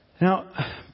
Now